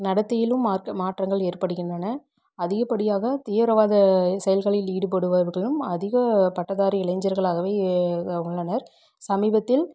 நடத்தையிலும் மாற் மாற்றங்கள் ஏற்படுகின்றன அதிகப்படியாக தீவிரவாத செயல்களில் ஈடுபடுபவர்களும் அதிகம் பட்டதாரி இளைஞர்களாகவே உள்ளனர் சமீபத்தில்